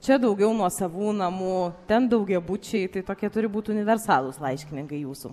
čia daugiau nuosavų namų ten daugiabučiai tai tokie turi būt universalūs laiškininkai jūsų